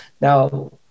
Now